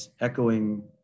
echoing